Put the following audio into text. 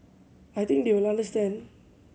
I think they will understand